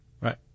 Right